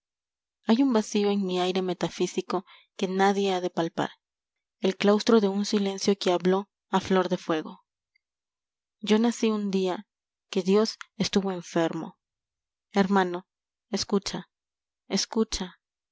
hay un vacío en mi aire metafísico que nadie ha de palpar el claustro de un silencio que habló a flor de fuego yo nací un día aue dios estuvo enfermo hermano escucha escucha